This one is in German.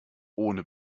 ohne